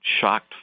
shocked